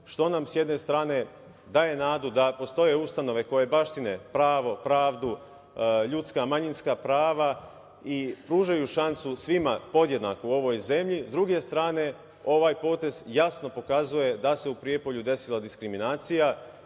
što nam s jedne strane daje nadu da postoje ustanove koje baštine pravo, pravdu, ljudska, manjinska prava i pružaju šansu svima podjednako u ovoj zemlji.S druge strane, ovaj potez jasno pokazuje da se u Prijepolju desila diskriminacija,